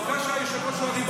אתה זוכר שהיושב-ראש הוא הריבון?